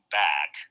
back